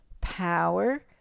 power